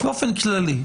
באופן כללי.